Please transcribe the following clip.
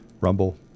rumble